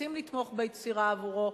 ורוצים לתמוך ביצירה עבורו,